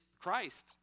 Christ